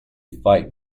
fight